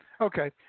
Okay